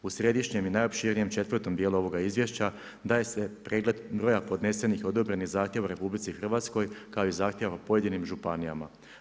U središnjem i najopširnijem četvrtom dijelu ovoga izvješća daje se pregled broja podnesenih odobrenih zahtjeva u RH kao i zahtjeva o pojedinim županijama.